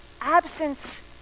absence